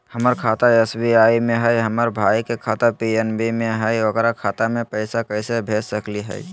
हमर खाता एस.बी.आई में हई, हमर भाई के खाता पी.एन.बी में हई, ओकर खाता में पैसा कैसे भेज सकली हई?